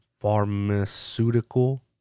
pharmaceutical